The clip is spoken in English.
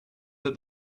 that